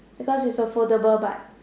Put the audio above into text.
because it's a foldable bike